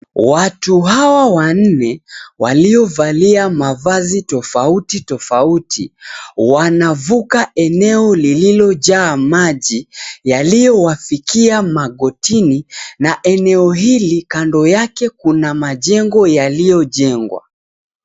Watu hawa wanne, waliovalia mavazi tofauti tofauti. Wanavuka eneo lilojaa maji yaliyo wafikia magotini. Na eneo hili kando yake Kuna majengo yaliyo jengwa.